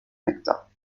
nektar